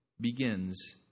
begins